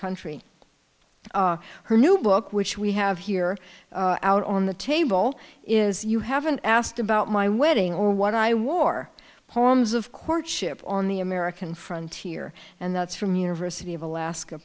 country her new book which we have here out on the table is you haven't asked about my wedding or what i wore poems of courtship on the american frontier and that's from university of alaska